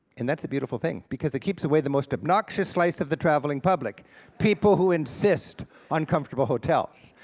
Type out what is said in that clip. and that's a beautiful thing, because it keeps away the most obnoxious slice of the traveling public people who insist on comfortable hotels.